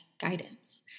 guidance